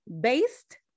based